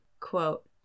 Quote